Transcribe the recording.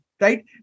right